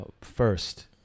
first